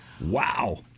Wow